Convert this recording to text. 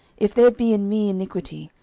if there be in me iniquity,